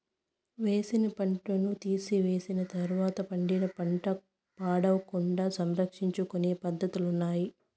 వేసిన పంటను తీసివేసిన తర్వాత పండిన పంట పాడవకుండా సంరక్షించుకొనే పద్ధతులున్నాయి